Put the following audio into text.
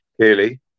clearly